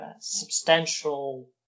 substantial